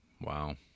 Wow